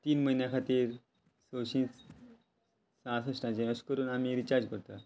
तीन म्हयन्या खातीर सशीं सश्टाचे अशें करून आमी रिचार्ज करता